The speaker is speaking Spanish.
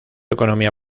economía